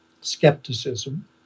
skepticism